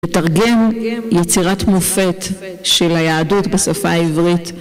לתרגם יצירת מופת של היהדות בשפה העברית